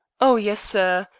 oh yes, sir.